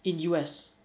in U_S